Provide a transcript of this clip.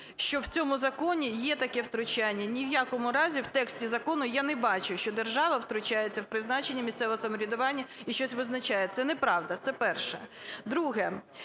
що в цьому законі є таке втручання. Ні в якому разі в тексті закону я не бачу, що держава втручається в призначення місцевого самоврядування і щось визначає. Це неправда. Це перше. Друге.